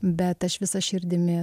bet aš visa širdimi